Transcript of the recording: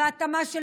בהתאמה,